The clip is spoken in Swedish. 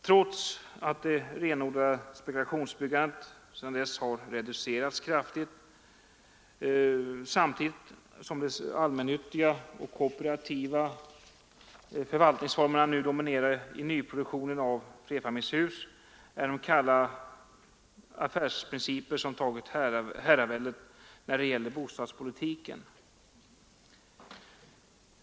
Trots att det renodlade spekulationsbyggandet sedan dess har reducerats kraftigt, samtidigt som de allmännyttiga och kooperativa förvaltningsformerna nu dominerar i nyproduktionen av flerfamiljshus, är det kalla affärsprinciper som tagit herraväldet när det gäller bostadspolitiken.